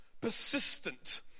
persistent